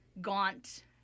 gaunt